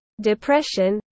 depression